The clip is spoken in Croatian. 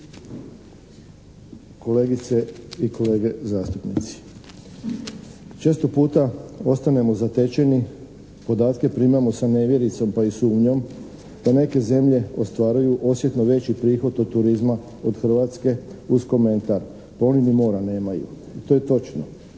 kolegice i kolege zastupnici. Često puta ostanemo zatečeni, podatke primamo sa nevjericom pa i sumnjom, da neke zemlje ostvaruju osjetno veći prihod od turizma od Hrvatske uz komentar, pa oni ni mora nemaju. To je točno.